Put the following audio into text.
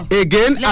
again